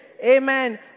Amen